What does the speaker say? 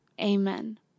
Amen